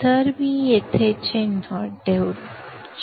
तर मी येथे चिन्ह ठेवतो